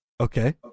Okay